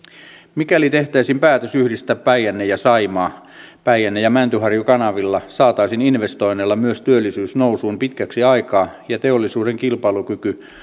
mikäli tehtäisiin päätös yhdistää päijänne ja saimaa päijänne ja mäntyharju kanavilla saataisiin investoinneilla myös työllisyys nousuun pitkäksi aikaa ja teollisuuden kilpailukyky